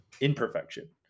imperfection